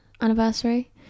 anniversary